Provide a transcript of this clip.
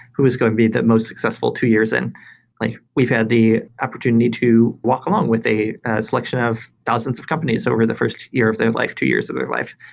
who is going to be the most successful two years. and like we've had the opportunity to walk along with a selection of thousands of companies over the first year of their life, two years of their life.